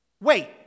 Wait